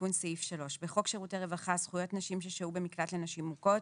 תיקון סעיף 3. בחוק שירותי רווחה (זכויות נשים ששהו במקלט לנשים מוכות),